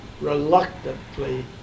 reluctantly